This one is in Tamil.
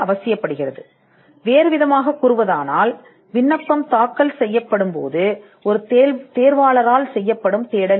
இப்போது வேறுவிதமாகக் கூறினால் இது ஒரு விண்ணப்பம் தாக்கல் செய்யப்படும்போது ஒரு தேர்வாளரால் செய்யப்படும் தேடல்